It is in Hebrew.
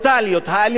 האלימות,